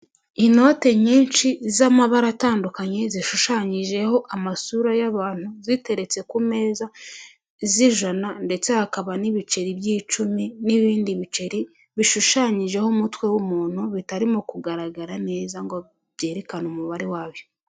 Inote nyinshi z'amabara atandukanye, zishushanyijeho amasura y'abantu, ziteretse ku meza, z'ijana ndetse hakaba n'ibiceri by'icumi n'ibindi biceri, bishushanyijeho umutwe w'umuntu, bitarimo kugaragara neza ngo byerekane umubare wabyo.